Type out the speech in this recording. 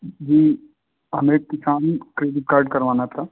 जी हमें किसान credit card करवाना था